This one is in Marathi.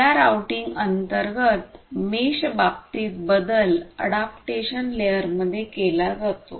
या राउटिंग अंतर्गत मेष बाबतीत बदल अॅडॉप्टेशन लेयरमध्ये केला जातो